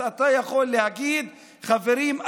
אתה יכול להגיד: חברים,